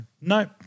Nope